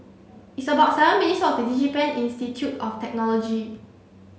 it's about seven minutes' walk to DigiPen Institute of Technology